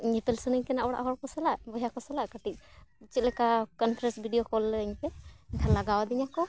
ᱧᱮᱯᱮᱞ ᱥᱟᱹᱱᱟᱹᱧ ᱠᱟᱱᱟ ᱚᱲᱟᱜ ᱦᱚᱲ ᱠᱚ ᱥᱟᱞᱟᱜ ᱵᱚᱭᱦᱟ ᱠᱚ ᱥᱟᱞᱟᱜ ᱠᱟᱹᱴᱤᱡ ᱪᱮᱫ ᱞᱮᱠᱟ ᱠᱚᱱᱯᱷᱟᱨᱮᱱᱥ ᱵᱷᱤᱰᱤᱭᱳ ᱠᱚᱞ ᱟᱹᱧᱯᱮ ᱞᱟᱜᱟᱣ ᱫᱤᱧᱟᱹᱠᱚ